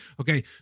Okay